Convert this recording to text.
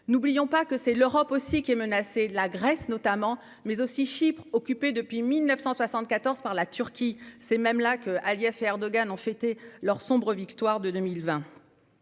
N'oublions pas que l'Europe aussi est menacée, notamment la Grèce et Chypre, occupée depuis 1974 par la Turquie. C'est précisément là qu'Aliyev et Erdogan ont fêté leur sombre victoire de 2020.